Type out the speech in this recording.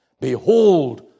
Behold